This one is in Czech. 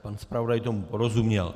Pan zpravodaj tomu porozuměl.